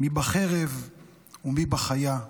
מי בחרב ומי בחיה /